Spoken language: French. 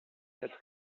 cette